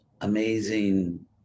amazing